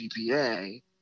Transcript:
GPA